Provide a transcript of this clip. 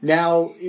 now